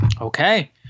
Okay